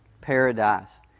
paradise